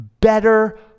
better